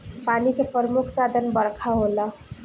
पानी के प्रमुख साधन बरखा होला